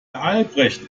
albrecht